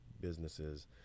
businesses